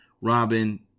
Robin